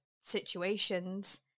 situations